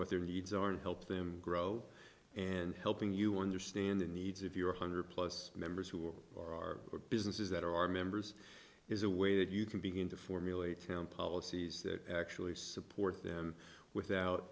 their needs are and help them grow and helping you understand the needs of your hundred plus members who are our businesses that are our members is a way that you can begin to formulate him policies that actually support them without